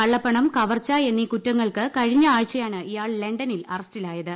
കള്ളപ്പണം കവർച്ച എന്നീ കൂറ്റങ്ങൾക്ക് കഴിഞ്ഞ ആഴ്ചയാണ് ഇയാൾ ലണ്ടനിൽ അറസ്റ്റിലായത്